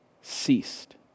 ceased